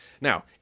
Now